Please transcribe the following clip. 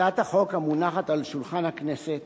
הצעת החוק המונחת על שולחן הכנסת